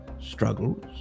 struggles